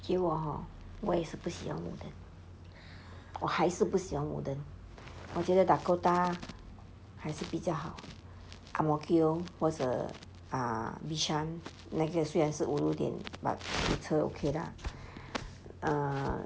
结果 hor 我也是不喜欢我还是不喜欢 woodlands 我觉得 dakota 还是比较好 ang mo kio 或则 bishan 那个还虽然是 ulu 一点 but 还是 okay 的 lah err